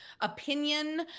opinion